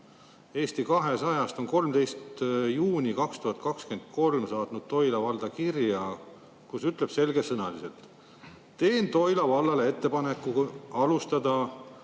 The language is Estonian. Eesti 200-st saatis 13. juunil 2023 Toila valda kirja, kus ütleb selgesõnaliselt: "Teen Toila vallale ettepaneku alustada